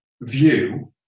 view